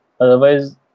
Otherwise